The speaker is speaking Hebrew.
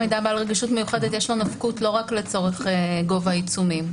"בעל רגישות מיוחדת" יש לו נפקות לא רק לצורך גובה העיצומים,